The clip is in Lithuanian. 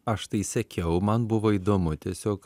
aš tai sakiau man buvo įdomu tiesiog